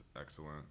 excellent